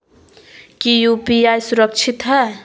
की यू.पी.आई सुरक्षित है?